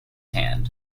hand